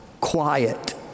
quiet